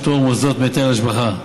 פטור מוסדות מהיטל השבחה),